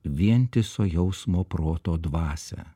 vientiso jausmo proto dvasią